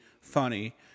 funny